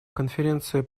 конференция